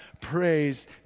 praise